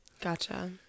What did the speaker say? Gotcha